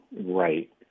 Right